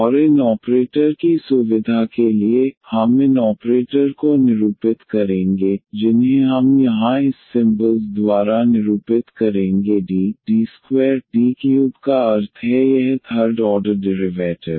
और इन ऑपरेटर की सुविधा के लिए हम इन ऑपरेटर को निरूपित करेंगे जिन्हें हम यहाँ इस सिंबल्स द्वारा निरूपित करेंगे DD2D3 का अर्थ है यह थर्ड ऑर्डर डिरिवैटिव